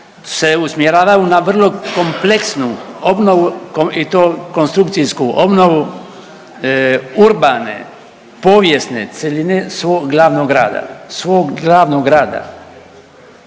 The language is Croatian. se usmjeravaju na vrlo kompleksnu obnovu i to konstrukcijsku obnovu urbane povijesne cjeline svog glavnog grada, svog glavnog grada,